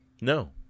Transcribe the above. No